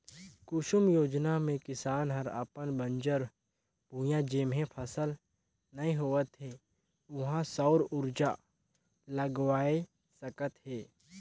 कुसुम योजना मे किसान हर अपन बंजर भुइयां जेम्हे फसल नइ होवत हे उहां सउर उरजा लगवाये सकत हे